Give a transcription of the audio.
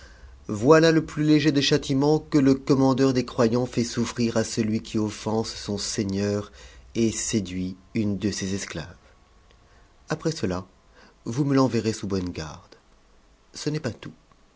voilà le plus léger des châtiments que le commandeur des croyants fait souffrir à celui qui onense son seigneur et séduit une de ses esclaves après cela vous me l'enverrez sous bonne garde ce n'est pas tout